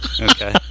Okay